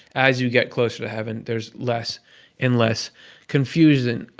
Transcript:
as you get closer to heaven there's less and less confusion.